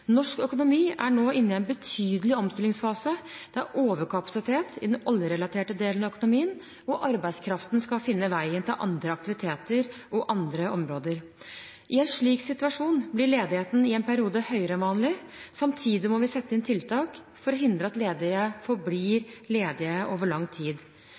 Norsk økonomi er nå inne i en betydelig omstillingsfase. Det er overkapasitet i den oljerelaterte delen av økonomien, og arbeidskraften skal finne veien til andre aktiviteter og andre områder. I en slik situasjon blir ledigheten i en periode høyere enn vanlig. Samtidig må vi sette inn tiltak for å hindre at ledige forblir ledige over lang tid,